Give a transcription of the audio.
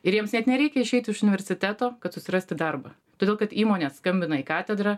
ir jiems net nereikia išeit iš universiteto kad susirasti darbą todėl kad įmonės skambina į katedrą